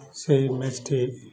ସେଇ ଇମେଜ୍ଟି